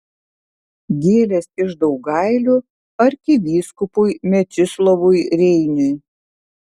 gėlės iš daugailių arkivyskupui mečislovui reiniui